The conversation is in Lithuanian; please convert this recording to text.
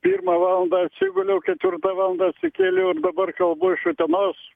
pirmą valandą atsiguliau ketvirtą valandą atsikėliau ir dabar kalbu iš utenos